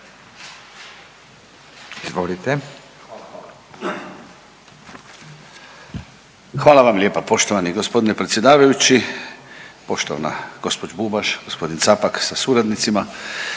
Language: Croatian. Davor (DP)** Hvala vam lijepa poštovani g. predsjedavajući, poštovana gđo. Bubaš, g. Capak sa suradnicima,